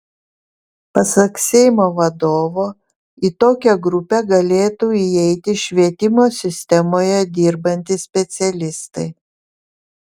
pasak seimo vadovo į tokią grupę galėtų įeiti švietimo sistemoje dirbantys specialistai